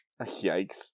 Yikes